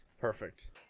Perfect